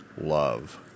love